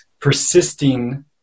persisting